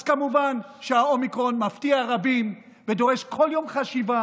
אז כמובן שהאומיקרון מפתיע רבים ודורש כל יום חשיבה,